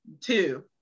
two